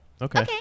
Okay